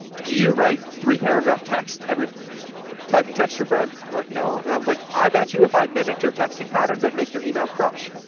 do you write three paragraph texts? every time you text your friends, they're like, no. and i was like, i bet you, if i mimicked your texting patterns, i'd make your email crush.